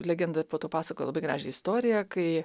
legenda po to pasakojo labai gražią istoriją kai